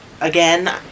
again